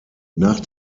nach